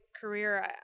career